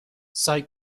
سعی